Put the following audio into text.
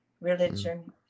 religion